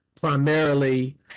primarily